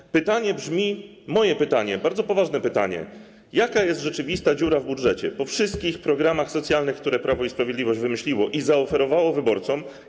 Moje pytanie brzmi, bardzo poważne pytanie: Jaka jest rzeczywista dziura w budżecie po wszystkich programach socjalnych, które Prawo i Sprawiedliwość wymyśliło i zaoferowało wyborcom?